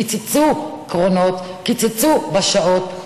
קיצצו קרונות, קיצצו בשעות.